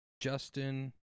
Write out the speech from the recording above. Justin